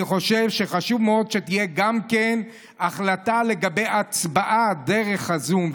אני חושב שחשוב מאוד שתהיה גם החלטה לגבי הצבעה דרך הזום,